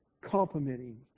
complimenting